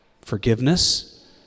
forgiveness